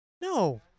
No